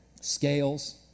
scales